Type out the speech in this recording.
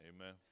amen